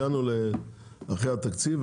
הגענו לאחרי התקציב,